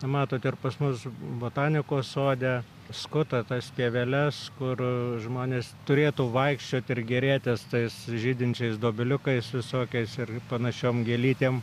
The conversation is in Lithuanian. matot ir pas mus botanikos sode skuta tas pieveles kur žmonės turėtų vaikščioti ir gėrėtis tais žydinčiais dobiliukais visokiais ir panašiom gėlytėm